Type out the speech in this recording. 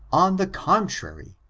on the contrary,